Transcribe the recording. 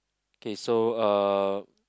okay so uh